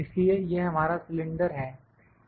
इसलिए यह हमारा सिलेंडर है